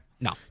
No